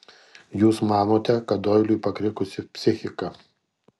jūs manote kad doiliui pakrikusi psichika